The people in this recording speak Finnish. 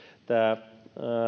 tämä